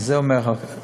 וזה אומר הרבה,